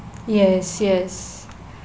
yes yes